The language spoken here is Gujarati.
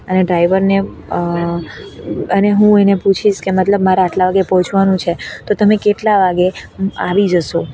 અને ડ્રાઇવરને અને હું એને પૂછીશ કે મતલબ મારા આટલા વાગે પહોંચવાનું છે તો તમે કેટલા વાગે આવી જશો